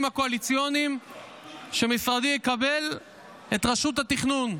הקואליציוניים שמשרדי יקבל את רשות התכנון,